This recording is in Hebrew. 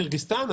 קירגיסטן?